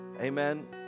amen